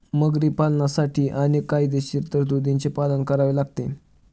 मगरी पालनासाठी अनेक कायदेशीर तरतुदींचे पालन करावे लागते